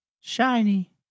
Shiny